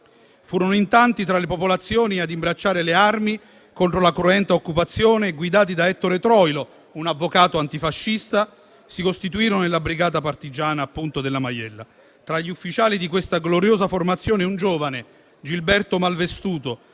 Furono in tanti, tra le popolazioni, a imbracciare le armi contro la cruenta occupazione, guidati da Ettore Troilo, un avvocato antifascista; si costituirono appunto nella brigata partigiana della Maiella. Tra gli ufficiali di questa gloriosa formazione un giovane, Gilberto Malvestuto,